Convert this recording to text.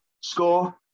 score